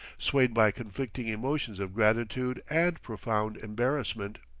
swayed by conflicting emotions of gratitude and profound embarrassment.